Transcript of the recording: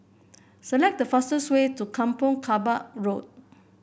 select the fastest way to Kampong Kapor Road